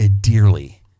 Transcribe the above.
dearly